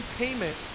payment